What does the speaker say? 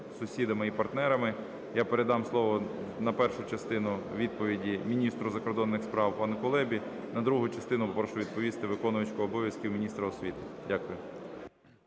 сусідами і партнерами. Я передам слово на першу частину відповіді міністру закордонних справ пану Кулебі. На другу частину попрошу відповісти виконувачку обов'язків міністра освіти. Дякую.